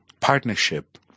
partnership